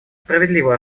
справедливо